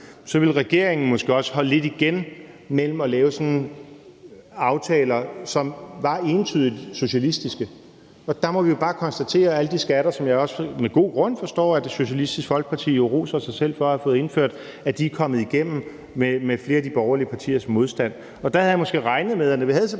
med, at regeringen måske også ville holde lidt igen med at lave aftaler, som var entydigt socialistiske. Der må vi jo bare konstatere, at alle de skatter, som jeg også med god grund forstår Socialistisk Folkeparti roser sig selv for at have fået indført, er kommet igennem med flere af de borgerlige partiers modstand. Der havde jeg måske regnet med, at når vi havde så